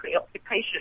occupation